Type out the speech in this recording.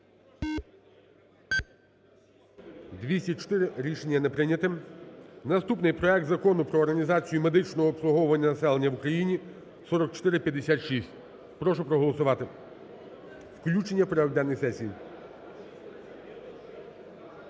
За-204 Рішення не прийнято. Наступний: проект Закону про організацію медичного обслуговування населення в Україні (4456). Прошу проголосувати включення в порядок денний сесії.